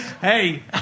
Hey